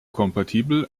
kompatibel